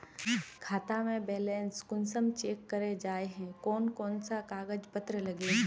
खाता में बैलेंस कुंसम चेक करे जाय है कोन कोन सा कागज पत्र लगे है?